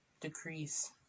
decrease